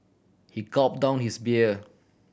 he gulp down his beer